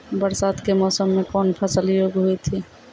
बरसात के मौसम मे कौन फसल योग्य हुई थी?